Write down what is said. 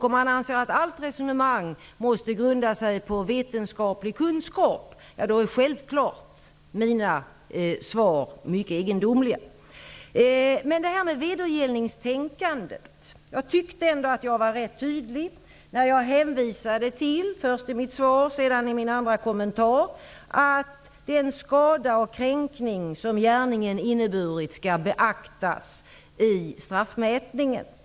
Om man anser att allt resonemang måste grunda sig på vetenskaplig kunskap är mina svar naturligtvis mycket egendomliga. Jag tyckte ändå att jag när det gäller vedergällningstänkandet var ganska tydlig när jag först i mitt svar, sedan i min andra kommentar, hänvisade till att den skada och kränkning som gärningen inneburit skall beaktas i straffmätningen.